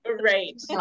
right